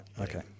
okay